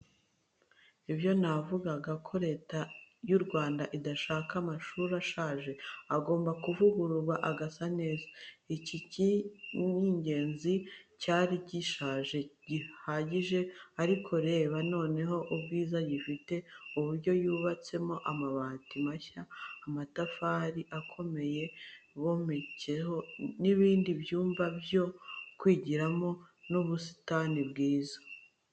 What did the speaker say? Ibyo navugaga ko Leta y'u Rwanda idashaka amashuri ashaje, agomba kuvugururwa agasa neza. Iki kigo nge ndakizi cyari gishaje bihagije ariko reba noneho ubwiza gifite uburyo yubatsemo amabati mashya, amatafari akomeye bongeyeho n'ibindi byumba byo kwigiramo n'ubusitani bwiza.